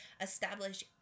establish